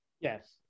Yes